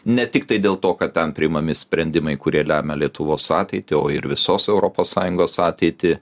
ne tiktai dėl to kad ten priimami sprendimai kurie lemia lietuvos ateitį o ir visos europos sąjungos ateitį